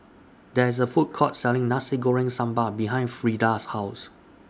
There IS A Food Court Selling Nasi Goreng Sambal behind Frieda's House